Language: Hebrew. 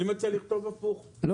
אני מציע לכתוב הפוך,